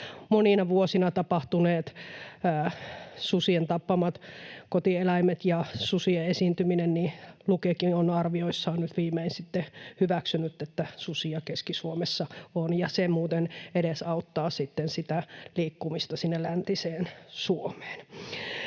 monina vuosina sudet ovat tappaneet kotieläimiä ja susia on esiintynyt, niin Lukekin on arvioissaan nyt viimein hyväksynyt, että susia Keski-Suomessa on, ja se muuten edesauttaa sitä liikkumista sinne läntiseen Suomeen.